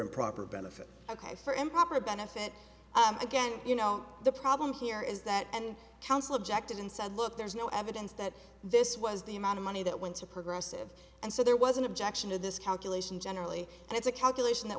improper benefits ok for improper benefit again you know the problem here is that and counsel objected and said look there's no evidence that this was the amount of money that went to progressive and so there was an objection to this calculation generally and it's a calculation that